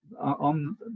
on